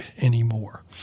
anymore